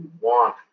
want